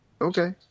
Okay